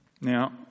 Now